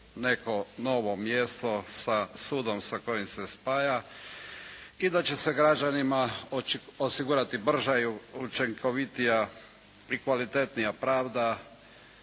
neko novo mjesto sa sudom sa kojim se spaja i da će se građanima osigurati brža i učinkovitija i kvalitetnija pravda.